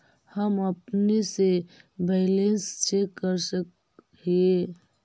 हम अपने से बैलेंस चेक कर सक हिए?